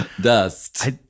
Dust